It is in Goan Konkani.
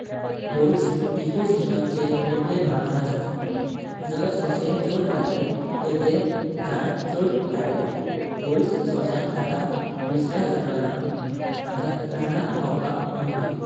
वोळ्फचा इकोसिस्टमाचे मोडलें बहागण हायात. जर सोचें छड जाले तर तेह झाडा छड कटली. वोळ्फ सोचें खातात की दुसऱ्या जानावरांझा झाडा खावपाक मेवपी.